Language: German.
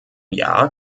jahr